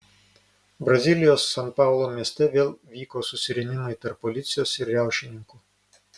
brazilijos san paulo mieste vėl vyko susirėmimai tarp policijos ir riaušininkų